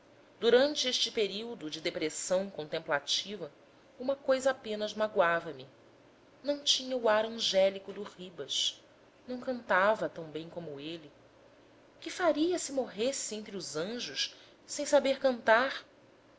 durante este período de depressão contemplativa uma coisa apenas magoava me não tinha o ar angélico do ribas não cantava tão bem como ele que faria se morresse entre os anjos sem saber cantar